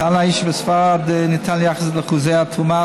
הטענה היא שבספרד ניתן לייחס את אחוזי התרומה